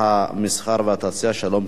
המסחר והתעסוקה שלום שמחון.